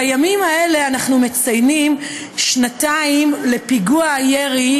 בימים האלה אנחנו מציינים שנתיים לפיגוע הירי,